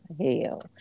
hell